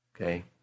Okay